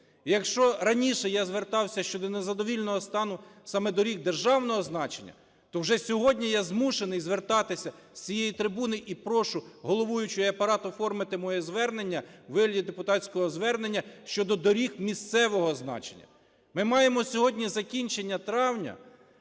Якщо раніше я звертався щодо незадовільного стану саме доріг державного значення, то вже сьогодні я змушений звертатися з цієї трибуни, - і прошу головуючу і апарат оформити моє звернення у вигляді депутатського звернення, - щодо доріг місцевого значення. Ми маємо сьогодні закінчення травня,